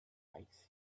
likes